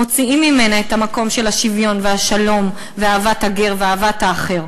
מוציאים ממנה את המקום של השוויון והשלום ואהבת הגר ואהבת האחר,